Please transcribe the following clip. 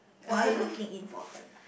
what are you looking in for a partner